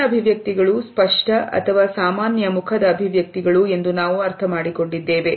ಸಮಗ್ರ ಅಭಿವ್ಯಕ್ತಿಗಳು ಸ್ಪಷ್ಟ ಅಥವಾ ಸಾಮಾನ್ಯ ಮುಖದ ಅಭಿವ್ಯಕ್ತಿಗಳು ಎಂದು ನಾವು ಅರ್ಥಮಾಡಿಕೊಂಡಿದ್ದೇವೆ